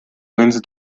went